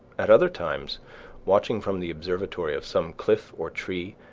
at other times watching from the observatory of some cliff or tree,